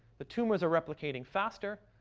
the tumors are replicating faster,